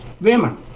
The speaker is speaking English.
women